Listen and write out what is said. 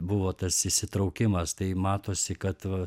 buvo tas įsitraukimas tai matosi kad va